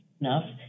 enough